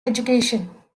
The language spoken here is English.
education